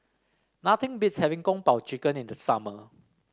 nothing beats having Kung Po Chicken in the summer